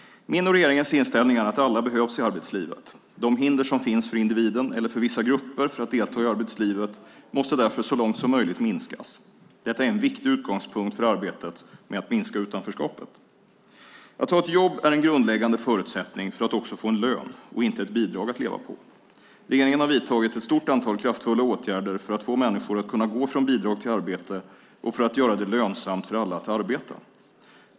Min och regeringens inställning är att alla behövs i arbetslivet. De hinder som finns för individen, eller för vissa grupper, att delta i arbetslivet måste därför så långt som möjligt minskas. Detta är en viktig utgångspunkt för arbetet med att minska utanförskapet. Att ha ett jobb är en grundläggande förutsättning för att också få en lön och inte ett bidrag att leva på. Regeringen har vidtagit ett stort antal kraftfulla åtgärder för att människor ska kunna gå från bidrag till arbete och för att göra det lönsamt för alla att arbeta.